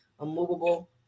immovable